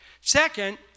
Second